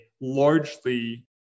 largely